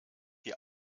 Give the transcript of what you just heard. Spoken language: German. die